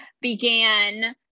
began